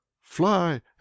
Fly